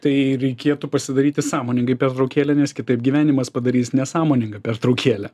tai reikėtų pasidaryti sąmoningai pertraukėlę nes kitaip gyvenimas padarys nesąmoningą pertraukėlę